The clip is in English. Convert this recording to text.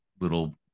little